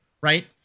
right